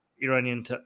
Iranian